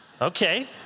Okay